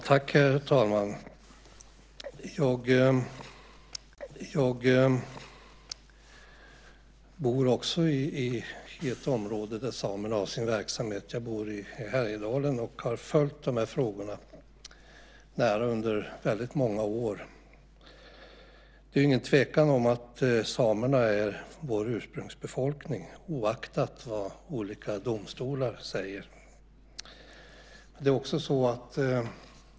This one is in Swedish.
Herr talman! Jag bor också i ett område där samerna har sin verksamhet. Jag bor i Härjedalen. Jag har följt de här frågorna nära under väldigt många år. Det är ingen tvekan om att samerna är vår ursprungsbefolkning oaktat vad olika domstolar säger.